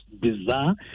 bizarre